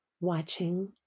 watching